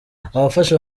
abafasha